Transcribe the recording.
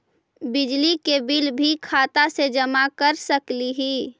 बिजली के बिल भी खाता से जमा कर सकली ही?